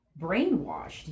brainwashed